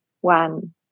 one